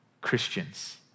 Christians